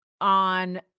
on